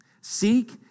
seek